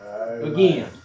Again